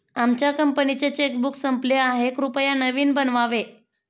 आमच्या कंपनीचे चेकबुक संपले आहे, कृपया नवीन बनवावे